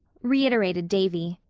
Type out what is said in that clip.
reiterated davy.